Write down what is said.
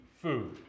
food